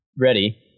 ready